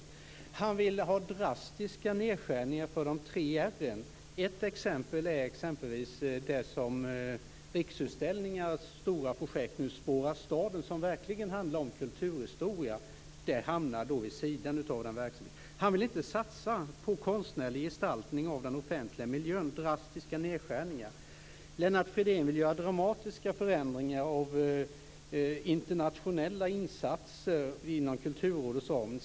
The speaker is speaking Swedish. Lennart Fridén vill ha drastiska nedskärningar för de tre R:en. Ett exempel är Riksutställningars stora projekt Spåra staden som verkligen handlar om kulturhistoria. Han vill inte satsa på konstnärlig gestaltning av den offentliga miljön. Det blir drastiska nedskärningar. Lennart Fridén vill göra dramatiska förändringar av internationella insatser inom Kulturrådets ram.